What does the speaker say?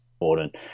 important